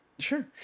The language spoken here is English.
Sure